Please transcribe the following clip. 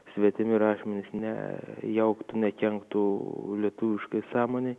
svetimi rašmenys ne jauktų nekenktų lietuviškai sąmonei